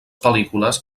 pel·lícules